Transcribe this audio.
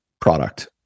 product